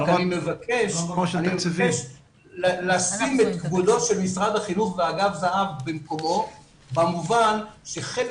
אני מבקש לשים את כבודו של משרד החינוך ואגף זה"ב במקומו במובן שחלק